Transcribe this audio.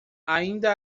ainda